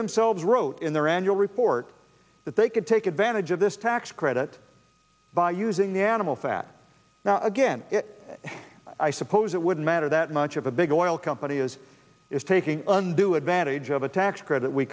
themselves wrote in their annual report that they could take advantage of this tax credit by using the animal fat now again i suppose it wouldn't matter that if a big oil company is is taking undue advantage of a tax credit we